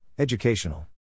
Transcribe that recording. Educational